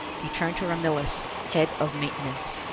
he turned to ramillis, head of maintenance.